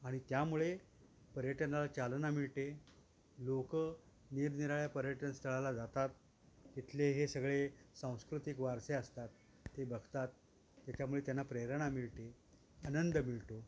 आणि त्यामुळे पर्यटनाला चालना मिळते लोक निरनिराळ्या पर्यटनस्थळाला जातात इथले हे सगळे सांस्कृतिक वारसे असतात ते बघतात त्याच्यामुळे त्यांना प्रेरणा मिळते आनंद मिळतो